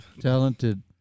talented